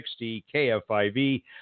KFIV